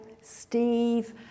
Steve